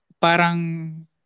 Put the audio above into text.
parang